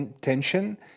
tension